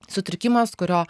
sutrikimas kurio